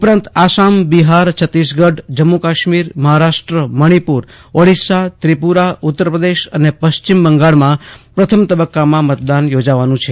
ઉપરાંત આસામ બિહાર છત્તીસગઢ જમ્મુ કાશ્મીર મહારાષ્ટ્ર મણિપુર ઓડિશા ત્રિપુરા ઉત્તરપ્રદેશ અને પશ્ચિમ બંગાળમાં પ્રથમ તબક્કામાં મતદાન યોજાવાનું છે